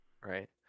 Right